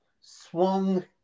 swung